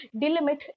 delimit